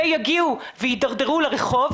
ויגיעו ויתדרדרו לרחוב,